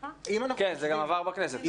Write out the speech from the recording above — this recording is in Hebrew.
--- כן, זה עבר גם בכנסת.